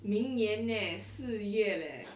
明年 leh 四月 leh